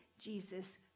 Jesus